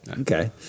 Okay